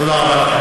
תודה רבה לכם.